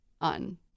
on